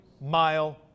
mile